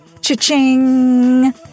Cha-ching